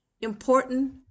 important